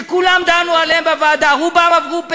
וכולם, דנו בהם בוועדה, רובם עברו פה-אחד.